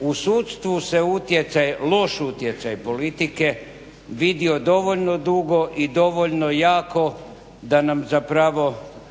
U sudstvu se loš utjecaj politike vidio dovoljno dugo i dovoljno jako da nam zapravo